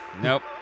Nope